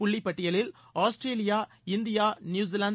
புள்ளி பட்டியலில் Australia India New Zealand